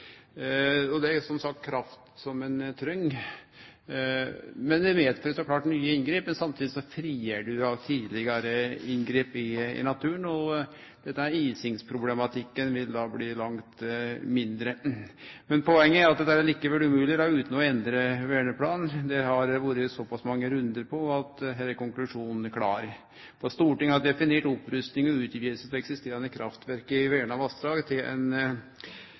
Det er, som sagt, kraft ein treng. Det fører så klart med seg nye inngrep, men samtidig frigjer ein tidlegare inngrep i naturen. Isingsproblematikken vil da bli langt mindre. Poenget er likevel at det er umogleg utan å endre verneplanen. Det har det vore så mange rundar på her at konklusjonen er klar. Stortinget har definert opprusting og utviding av eksisterande kraftverk i verna vassdrag til